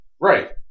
Right